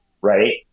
right